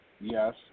yes